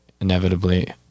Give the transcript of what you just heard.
inevitably